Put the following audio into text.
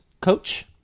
Coach